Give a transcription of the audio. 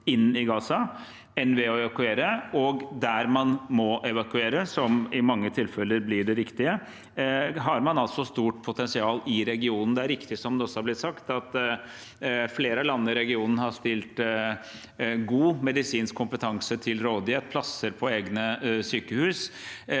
inn i Gaza enn ved å evakuere, og der man må evakuere, som i mange tilfeller blir det riktige, har man altså et stort potensial i regionen. Det er riktig, som det også er blitt sagt, at flere av landene i regionen har stilt god medisinsk kompetanse til rådighet, plasser på egne sykehus,